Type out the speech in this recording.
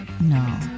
No